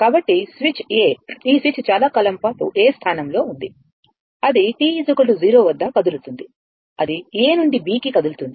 కాబట్టి switch A ఈ switch చాలా కాలం పాటు A స్థానంలో ఉంది అది t 0 వద్ద కదులుతుంది అది A నుండి B కి కదులుతుంది